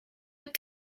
het